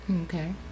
Okay